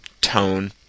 Tone